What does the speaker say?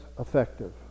effective